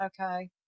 Okay